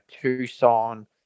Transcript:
Tucson